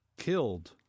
killed